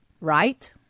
Right